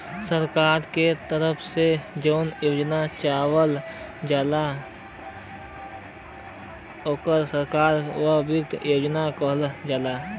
सरकार के तरफ से जौन योजना चलावल जाला ओके सरकार क वित्त योजना कहल जाला